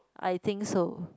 I think so